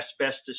asbestos